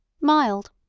Mild